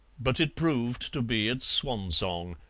but it proved to be its swan song,